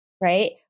right